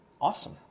awesome